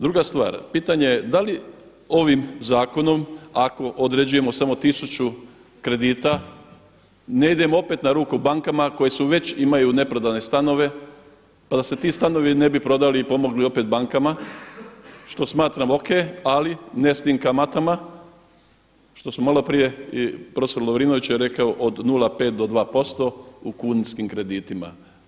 Druga stvar, pitanje je da li ovim zakonom ako određujemo samo 1000 kredita ne idemo opet na ruku bankama koje već imaju neprodane stanove, pa da se ti stanovi ne bi prodali i pomogli opet bankama što smatram o.k. ali ne s tim kamatama što smo malo prije i profesor Lovrinović je rekao od 0,5 do 2% u kunskim kreditima.